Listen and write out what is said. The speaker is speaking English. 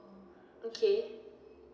okay